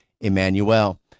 Emmanuel